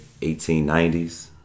1890s